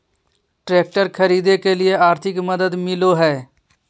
Tractor खरीदे के लिए आर्थिक मदद मिलो है?